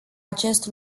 acest